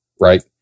right